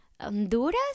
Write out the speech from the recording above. Honduras